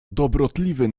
dobrotliwy